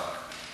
אה.